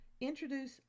introduce